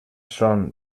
són